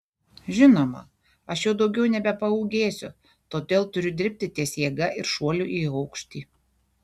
žinoma aš jau daugiau nebepaūgėsiu todėl turiu dirbti ties jėga ir šuoliu į aukštį